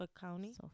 County